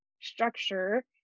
structure